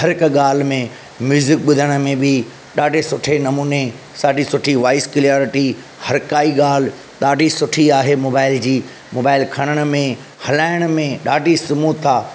हर हिक ॻाल्हि में म्यूज़िक ॿुधण में बि ॾाढे सुठे नमूने ॾाढी सुठी वॉइस क्लैरिटी हर काई ॻाल्हि ॾाढी सुठी आहे मोबाइल जी मोबाइल खणण में हलाइण में ॾाढी स्मूथ आहे